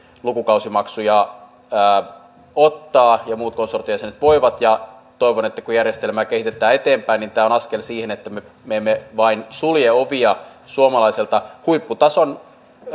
lukukausimaksuja ottaa ja muut konsortion jäsenet voivat toivon että kun järjestelmää kehitetään eteenpäin niin tämä on askel siihen että me me emme vain sulje ovia suomalaiselta huipputason